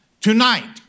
Tonight